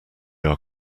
are